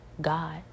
God